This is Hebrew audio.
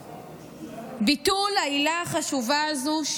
ביטול העילה החשובה הזאת,